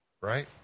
right